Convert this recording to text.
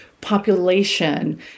population